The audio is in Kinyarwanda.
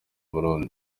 burundi